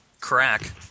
crack